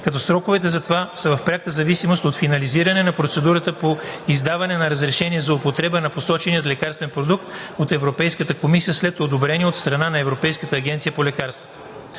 като сроковете за това са в пряка зависимост от финализиране на процедурата по издаване на разрешение за употреба на посочения лекарствен продукт от Европейската комисия след одобрение от страна на Европейската агенция по лекарствата.